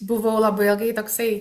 buvau labai ilgai toksai